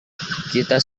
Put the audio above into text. kita